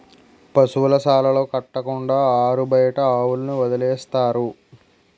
పశువుల శాలలు కట్టకుండా ఆరుబయట ఆవుల్ని వదిలేస్తారు